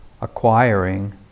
acquiring